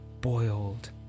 boiled